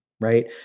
right